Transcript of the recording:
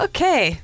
Okay